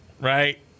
right